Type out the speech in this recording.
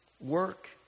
work